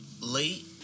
late